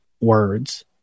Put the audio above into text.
words